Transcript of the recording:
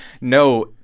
no